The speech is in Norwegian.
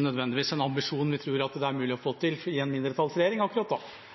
nødvendigvis en ambisjon vi tror det er mulig å få oppfylt i en mindretallsregjering akkurat.